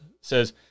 says